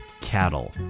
Cattle